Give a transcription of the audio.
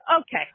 okay